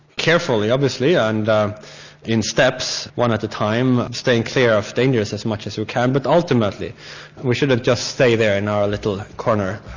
carefully, obviously, and um in steps one at a time, staying clear of dangers as much as we can, but ultimately we should have just stayed there in our little corner,